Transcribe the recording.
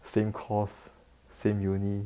same course same uni